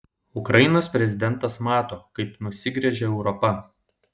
ukrainos prezidentas mato kaip nusigręžia europa